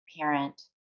parent